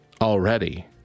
already